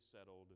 settled